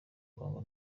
congo